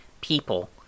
people